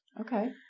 Okay